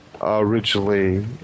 originally